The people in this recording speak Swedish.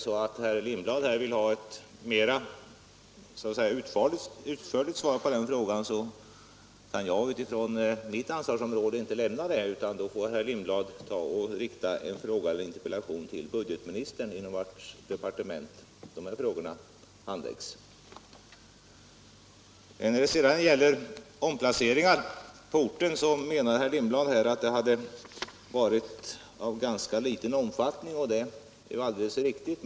Om herr Lindblad vill ha ett mera utförligt svar på den här frågan kan jag utifrån mitt ansvarsområde inte lämna det, utan då får herr Lindblad rikta en fråga eller en interpellation till budgetministern, inom vars departement de här frågorna handläggs. När det sedan gäller omplaceringar på orten menar herr Lindblad att de hade varit av ganska liten omfattning, och det är alldeles riktigt.